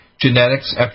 genetics